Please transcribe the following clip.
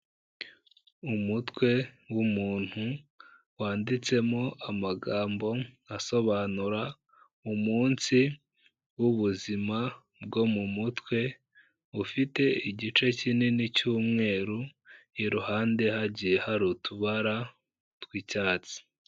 Umutwe w'umuntu wanditsemo amagambo asobanura umunsi w'ubuzima bwo mu mutwe, ufite igice kinini cy'umweru, iruhande hagiye hari utubara tw'icyatsi.